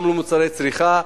גם במוצרי צריכה,